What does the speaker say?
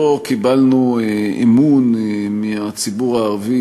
לא קיבלנו אמון מהציבור הערבי,